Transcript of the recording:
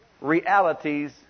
realities